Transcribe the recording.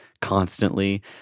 constantly